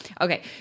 Okay